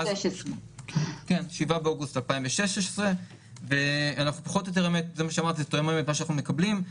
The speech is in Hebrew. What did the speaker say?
ב-7 באוגוסט 2016. זה פחות או יותר מה שאנחנו מקבלים: